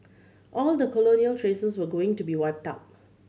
all the colonial traces were going to be wiped out